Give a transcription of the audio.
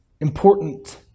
important